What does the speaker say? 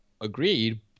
agreed